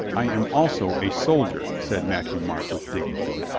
i am also a soldier, said matthieu-marc with dignity.